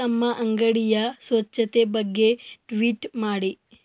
ತಮ್ಮ ಅಂಗಡಿಯ ಸ್ವಚ್ಛತೆ ಬಗ್ಗೆ ಟ್ವೀಟ್ ಮಾಡಿ